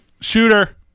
Shooter